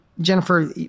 Jennifer